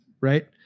right